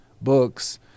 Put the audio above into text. books